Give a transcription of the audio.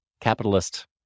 capitalist